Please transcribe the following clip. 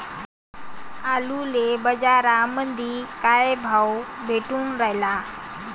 आलूले बाजारामंदी काय भाव भेटून रायला?